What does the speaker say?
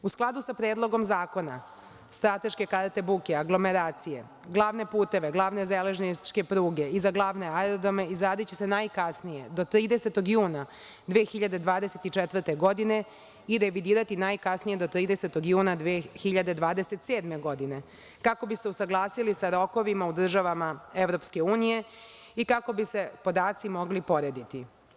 U skladu sa Predlogom zakona, strateške karte buke, aglomeracije, glavne puteve, glavne železničke pruge i za glavne aerodrome izradiće se najkasnije do 30. juna 2024. godine i revidirati najkasnije do 30 juna 2027. godine, kako bi se usaglasili sa rokovima u državama EU i kako bi se podaci mogli porediti.